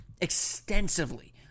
extensively